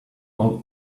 all